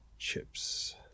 chips